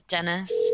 Dennis